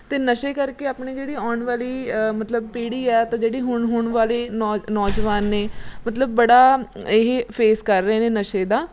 ਅਤੇ ਨਸ਼ੇ ਕਰਕੇ ਆਪਣੇ ਜਿਹੜੀ ਆਉਣ ਵਾਲੀ ਮਤਲਬ ਪੀੜ੍ਹੀ ਆ ਤਾਂ ਜਿਹੜੀ ਹੁਣ ਹੋਣ ਵਾਲੀ ਨੌ ਨੌਜਵਾਨ ਨੇ ਮਤਲਬ ਬੜਾ ਇਹ ਫੇਸ ਕਰ ਰਹੇ ਨੇ ਨਸ਼ੇ ਦਾ